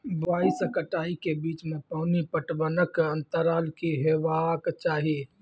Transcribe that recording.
बुआई से कटाई के बीच मे पानि पटबनक अन्तराल की हेबाक चाही?